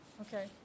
Okay